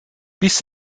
bis